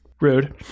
Rude